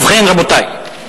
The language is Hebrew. רבותי,